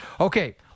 Okay